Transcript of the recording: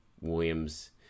Williams